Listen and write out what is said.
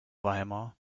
weimar